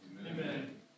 Amen